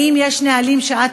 האם יש נהלים שאת